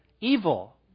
Evil